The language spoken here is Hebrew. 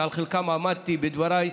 שעל חלקם עמדתי בדבריי,